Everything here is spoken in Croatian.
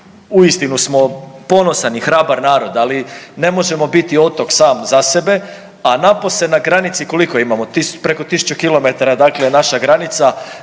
i uistinu smo ponosan i hrabar narod, ali ne možemo biti otok sam za sebe, a napose na granici koliko imamo, preko 1000 km je dakle naša granica,